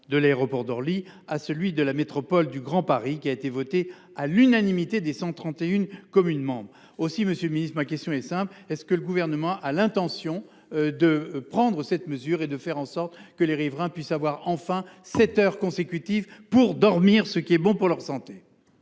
de l’aéroport d’Orly à celui de la métropole du Grand Paris, qui a été voté à l’unanimité des 131 communes membres. Aussi, monsieur le ministre, ma question est elle simple : le Gouvernement a t il l’intention de prendre cette mesure pour faire en sorte que les riverains aient enfin sept heures consécutives pour dormir, ce qui serait bon pour leur santé ?